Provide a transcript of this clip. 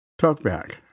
TalkBack